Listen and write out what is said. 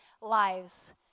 lives